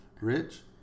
Rich